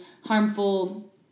harmful